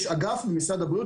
יש אגף במשרד הבריאות,